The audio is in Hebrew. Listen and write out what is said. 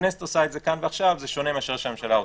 כשהכנסת עושה את זה כאן ועכשיו זה שונה מאשר שהממשלה עושה.